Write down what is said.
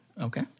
Okay